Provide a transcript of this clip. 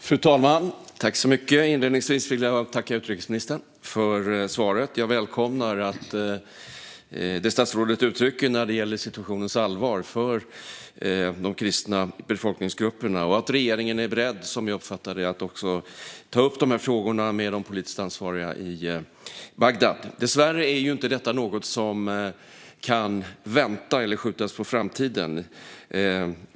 Fru talman! Inledningsvis vill jag tacka utrikesministern för svaret. Jag välkomnar att statsrådet uttrycker situationens allvar för de kristna befolkningsgrupperna och att regeringen är beredd - som jag uppfattar det - att ta upp frågorna med de politiskt ansvariga i Bagdad. Dessvärre är inte detta något som kan vänta eller skjutas på framtiden.